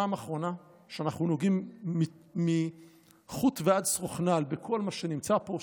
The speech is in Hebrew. פעם אחרונה שאנחנו נוגעים מחוט ועד שרוך נעל בכל מה שנמצא פה.